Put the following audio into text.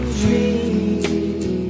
dream